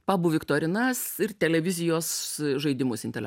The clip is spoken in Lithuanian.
pabų viktorinas ir televizijos žaidimus intele